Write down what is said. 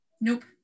Nope